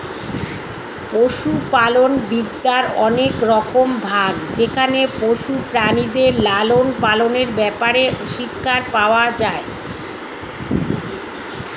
পশুপালন বিদ্যার অনেক রকম ভাগ যেখানে পশু প্রাণীদের লালন পালনের ব্যাপারে শিক্ষা পাওয়া যায়